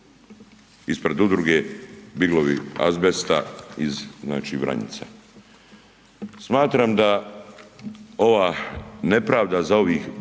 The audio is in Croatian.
ispred Udruge „Biglovi azbesta“ iz Vranjica. Smatram da ova nepravda za ovih,